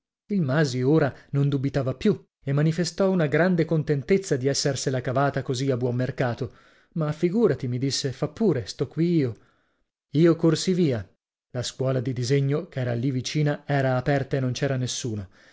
il masi ora non dubitava più e manifestò una grande contentezza di essersela cavata così a buon mercato ma figurati mi disse fa pure sto qui io io corsi via la scuola di disegno ch'era lì vicina era aperta e non c'era nessuno